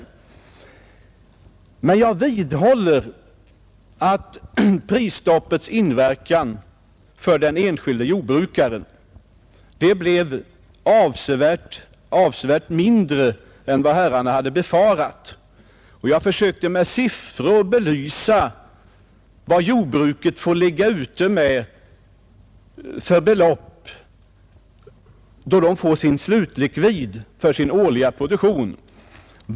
Jag vidhåller att prisstoppets verkan för den enskilde jordbrukaren blev avsevärt mindre än vad många hade befarat. Jag försökte med siffror belysa vilka belopp jordbrukarna får ligga ute med tills de får slutlikvid för sin årliga produktion.